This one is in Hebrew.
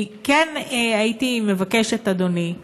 הייתי מבקשת, אדוני,